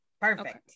perfect